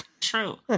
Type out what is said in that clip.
True